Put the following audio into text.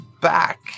back